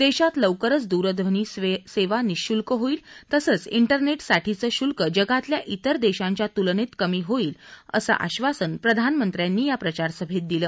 देशात लवकरच दूरध्वनी सेवा निशुल्क होईल तसंच इंटरनेट साठीचं शुल्क जगातल्या इतर देशांच्या तुलनेत कमी होईल असं प्रधानमंत्र्यांनी या प्रचारसभेत सांगितलं